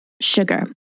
sugar